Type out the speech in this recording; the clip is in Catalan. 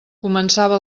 començava